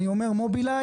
אני אומר מובילאיי,